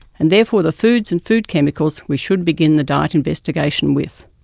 and therefore the foods and food chemicals we should begin the diet investigation with.